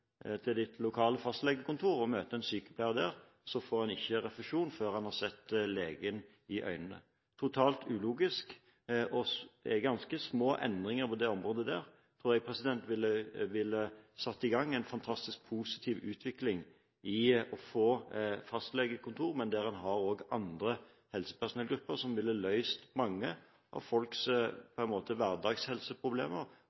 til sitt lokale fastlegekontor og møte en sykepleier der, får en ikke refusjon før en har sett legen i øynene – totalt ulogisk. Ganske små endringer på det området tror jeg ville satt i gang en fantastisk positiv utvikling for å få fastlegekontor der en også har andre helsepersonellgrupper som ville løst mange av folks